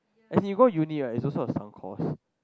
as in you go uni right it's also a certain cost